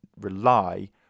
rely